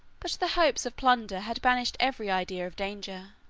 but the hopes of plunder had banished every idea of danger,